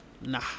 nah